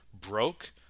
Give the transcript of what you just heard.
broke